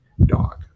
dog